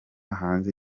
hanze